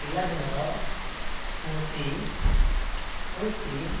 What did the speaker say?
ପିଲାଦିନର ସ୍ମୃତି ହେଉଛି